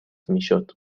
میشد